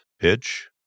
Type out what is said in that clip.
pitch